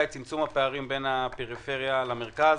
היא צמצום הפערים בין הפריפריה למרכז.